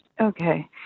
Okay